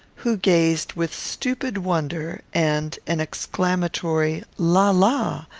who gazed with stupid wonder, and an exclamatory la! la!